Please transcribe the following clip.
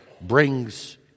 brings